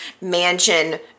Mansion